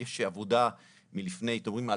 יש לי עבודה שאתם רואים פה בשקף,